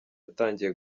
yatangiye